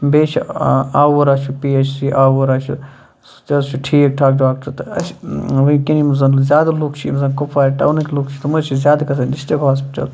بیٚیہِ حظ چھِ آووٗرا پیش یہِ آووٗرا چھُ سُہ تہِ حظ چھُ ٹھیٖک ٹھاکھ ڈاکٹَر تہٕ اسہِ وٕنکٮ۪ن یِم زَن زیادٕ لُکھ چھِ یِم زَن کُپوارِ ٹاونٕکۍ لُکھ چھِ تِم حظ چھِ زیادٕ گَژھان ڈِسٹِرک ہوسپِٹَل